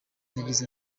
yagize